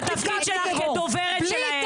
היית גם דוברת שלהם.